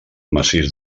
massís